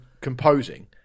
composing